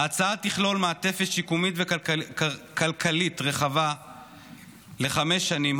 ההצעה תכלול מעטפת שיקומית וכלכלית רחבה לחמש שנים,